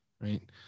right